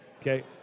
okay